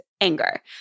anger